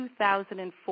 2004